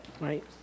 right